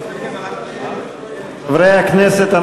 חברי הכנסת,